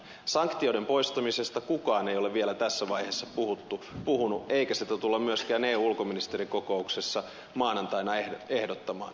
sanktioiden poistamisesta kukaan ei ole vielä tässä vaiheessa puhunut eikä sitä tulla myöskään eu ulkoministerikokouksessa maanantaina ehdottamaan